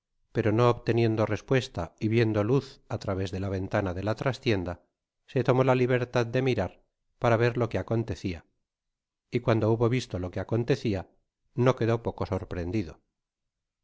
pero no obteniendo respuesta y viendo luz á través d la ventana de la trastienda se tomó la libertad de mirar para ver lo que aeontecia y cuando hubo visto lo que acontecia no quedó poco sorprendido